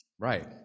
Right